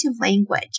language